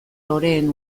loreen